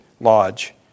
lodge